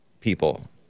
people